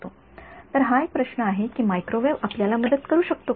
तर हा एक प्रश्न आहे की मायक्रोवेव्ह आपल्याला मदत करू शकतो का